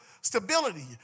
stability